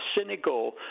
cynical